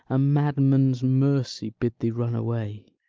a madman's mercy bid thee run away.